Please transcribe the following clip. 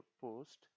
post